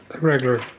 regular